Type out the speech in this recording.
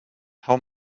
how